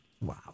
Wow